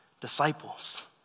disciples